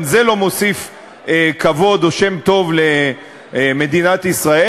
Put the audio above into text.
זה גם לא מוסיף כבוד או שם טוב למדינת ישראל.